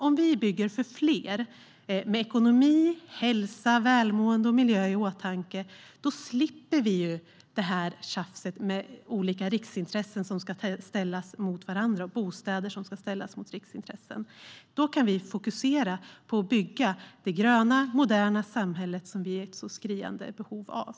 Om vi bygger för fler med ekonomi, hälsa, välmående och miljö i åtanke slipper vi tjafset med olika riksintressen som ska ställas mot varandra och bostäder som ska ställas mot riksintressen. Då kan vi fokusera på att bygga det gröna och moderna samhälle som vi är i ett så skriande behov av.